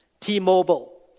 T-Mobile